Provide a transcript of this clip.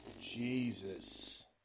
Jesus